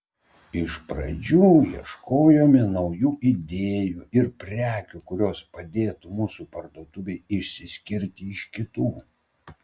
iš pradžių ieškojome naujų idėjų ir prekių kurios padėtų mūsų parduotuvei išsiskirti iš kitų